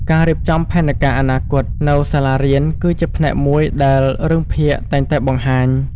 ការរៀបចំផែនការអនាគត នៅសាលារៀនគឺជាផ្នែកមួយដែលរឿងភាគតែងតែបង្ហាញ។